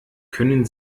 können